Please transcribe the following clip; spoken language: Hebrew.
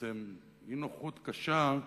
בעצם אי-נוחות קשה,